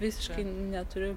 visiškai neturiu